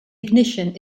ignition